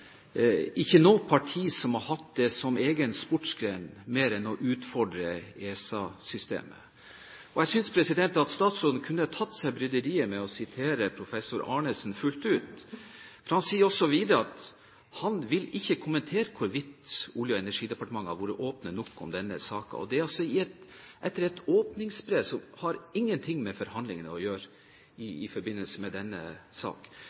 ikke noe parti som har hatt det mer som egen sportsgren å utfordre ESA-systemet. Jeg synes statsråden kunne tatt seg bryderiet med å sitere professor Arnesen fullt ut, for han sier også videre at han ikke vil kommentere hvorvidt Olje- og energidepartementet har vært åpne nok om denne saken, og det altså etter et åpningsbrev som ikke har noen ting med forhandlingene i forbindelse med denne sak å gjøre.